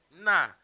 Nah